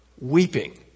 weeping